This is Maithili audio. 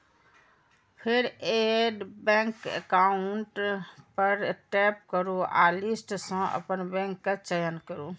फेर एड बैंक एकाउंट पर टैप करू आ लिस्ट सं अपन बैंक के चयन करू